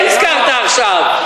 מה נזכרת עכשיו?